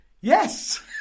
yes